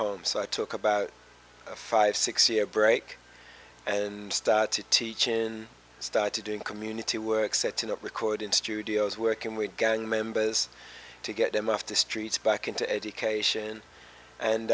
home so i took about fifty six year break and start to teach in start to doing community work setting up recording studios working with gang members to get them off the streets back into education and